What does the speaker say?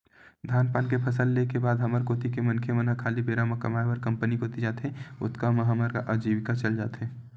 धान पान के फसल ले के बाद हमर कोती के मनखे मन ह खाली बेरा म कमाय बर कंपनी कोती जाथे, ओतका म हमर अजीविका चल जाथे